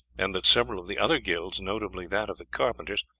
and that several of the other guilds, notably that of the carpenters,